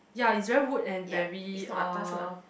ya it's very wood and very uh